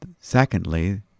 Secondly